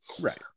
Right